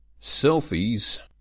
Selfies